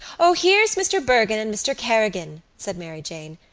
o, here's mr. bergin and mr. kerrigan, said mary jane.